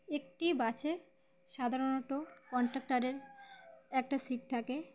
একটি বাসে সাধারণত কনডাক্টরের একটা সিট থাকে